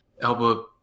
Elba